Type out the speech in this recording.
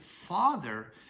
father